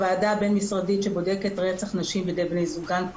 הוועדה הבין משרדית שבודקת רצח נשים על ידי בני זוגן,